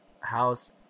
house